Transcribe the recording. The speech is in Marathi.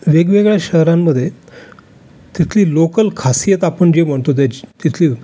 वेगवेगळ्या शहरांमध्ये तिथली लोकल खासीयत आपण जी म्हणतो त्याच तेथील